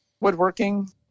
woodworking